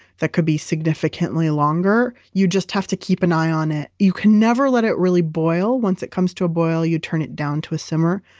that could be significantly longer. you just have to keep an eye on it. you can never let it really boil. once it comes to a boil, you turn it down to a simmer.